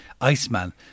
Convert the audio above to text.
Iceman